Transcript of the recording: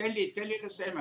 תיתן לי לסיים.